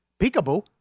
Peekaboo